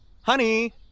Honey